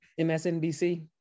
MSNBC